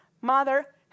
Mother